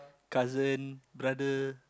cousin brother